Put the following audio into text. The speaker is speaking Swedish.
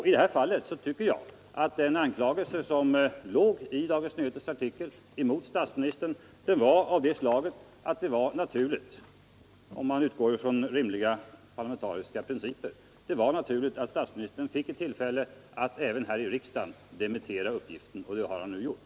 I det här fallet tycker jag att den anklagelse mot statsministern som låg i Dagens Nyheters artikel var av det slaget att det var naturligt — om man utgår från rimlig parlamentarisk praxis — att statsministern fick ett tillfälle att även i riksdagen dementera uppgifterna. Det har han nu gjort.